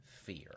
fear